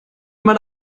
man